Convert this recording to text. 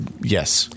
yes